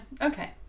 Okay